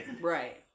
Right